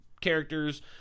characters